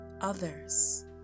others